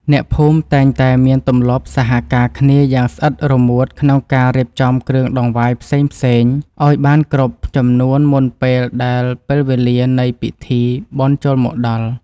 អ្នកភូមិតែងតែមានទម្លាប់សហការគ្នាយ៉ាងស្អិតរមួតក្នុងការរៀបចំគ្រឿងដង្វាយផ្សេងៗឱ្យបានគ្រប់ចំនួនមុនពេលដែលពេលវេលានៃពិធីបុណ្យចូលមកដល់។